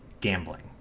gambling